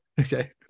Okay